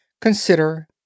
consider